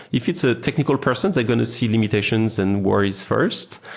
if it's a technical person, they're going to see limitations and worries first.